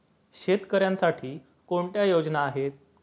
शेतकऱ्यांसाठी कोणत्या योजना आहेत?